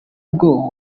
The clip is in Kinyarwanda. bwo